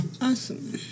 Awesome